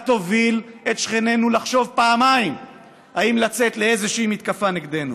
תוביל את שכנינו לחשוב פעמיים אם לצאת לאיזושהי מתקפה נגדנו.